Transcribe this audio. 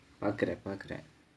correct correct